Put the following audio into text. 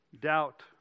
doubt